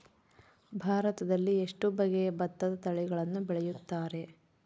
ಭಾರತದಲ್ಲಿ ಎಷ್ಟು ಬಗೆಯ ಭತ್ತದ ತಳಿಗಳನ್ನು ಬೆಳೆಯುತ್ತಾರೆ?